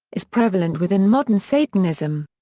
is prevalent within modern satanism.